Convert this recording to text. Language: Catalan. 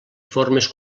formes